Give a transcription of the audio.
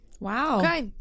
Wow